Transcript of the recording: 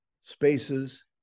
spaces